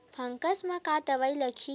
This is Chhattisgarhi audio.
फंगस म का दवाई लगी?